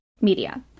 media